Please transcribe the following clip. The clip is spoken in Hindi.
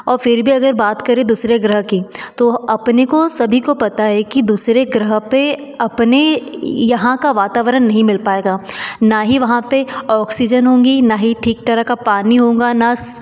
और फि भी अगर बात करें दूसरे ग्रह की तो अपने को सभी को पता है की दूसरे ग्रह पर अपने यहाँ का वातावरण नहीं मिल पाएगा न ही वहाँ पर ऑक्सीजन होगी न ही ठीक तरह का पानी होगा न